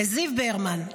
לזיו ברמן,